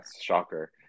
Shocker